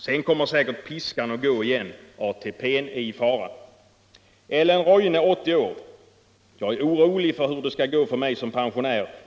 Sedan kommer säkert piskan att gå igen. ATP:n är i fara.” Ellen Royne, 80 år: ”Jag är orolig för hur det skall gå för mig som pensionär.